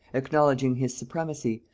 acknowledging his supremacy,